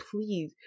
please